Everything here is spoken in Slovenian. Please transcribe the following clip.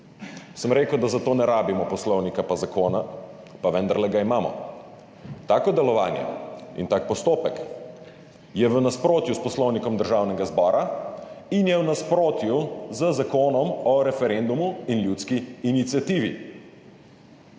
Sem rekel, da za to ne rabimo poslovnika pa zakona, pa vendar ga imamo. Tako delovanje in tak postopek je v nasprotju s Poslovnikom Državnega zbora in je v nasprotju z Zakonom o referendumu in ljudski iniciativi.